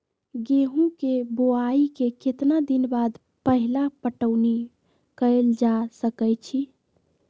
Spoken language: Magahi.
गेंहू के बोआई के केतना दिन बाद पहिला पटौनी कैल जा सकैछि?